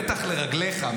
בטח לרגליך.